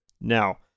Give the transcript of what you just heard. Now